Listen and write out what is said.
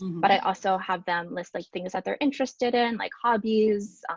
but i also have them list like things they're interested in like hobbies,